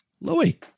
Louis